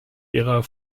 ihrer